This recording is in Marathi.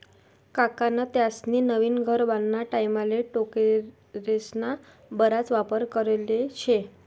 काकान त्यास्नी नवीन घर बांधाना टाईमले टोकरेस्ना बराच वापर करेल शे